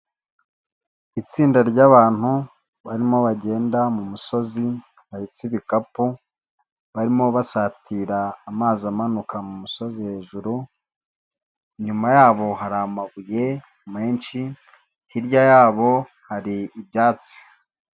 Itsinda ry'abantu barimo bagenda mu musozi bahetse ibikapu barimo basatira amazi amanuka mu musozi hejuru, inyuma yabo hari amabuye menshi, hirya yabo hari ibyatsi.